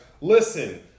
Listen